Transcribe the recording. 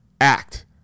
Act